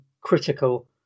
critical